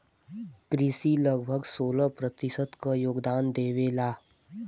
कृषि लगभग सोलह प्रतिशत क योगदान देवेला